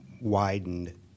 widened